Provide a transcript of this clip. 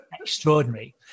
extraordinary